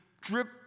drip